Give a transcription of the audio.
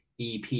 EP